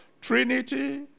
Trinity